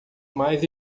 mais